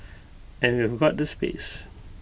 and we've got the space